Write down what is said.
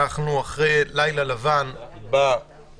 אנחנו אחרי לילה לבן בכנסת.